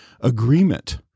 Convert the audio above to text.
agreement